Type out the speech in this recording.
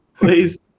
Please